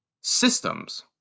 systems